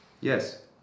Yes